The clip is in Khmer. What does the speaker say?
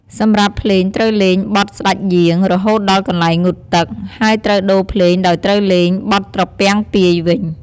សម្រាប់ភ្លេងត្រូវលេង បទស្តេចយាង រហូតដល់កន្លែងងូតទឹក ហើយត្រូវដូភ្លេងដោយត្រូវលេង បទត្រពាំងពាយវិញ។